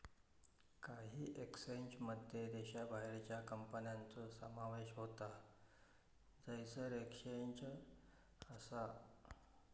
काही एक्सचेंजमध्ये देशाबाहेरच्या कंपन्यांचो समावेश होता जयसर एक्सचेंज असा